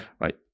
Right